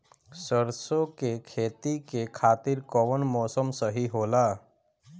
सरसो के खेती के खातिर कवन मौसम सही होला?